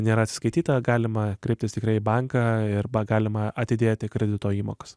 nėra atsiskaityta galima kreiptis tikrai į banką arba galima atidėti kredito įmokas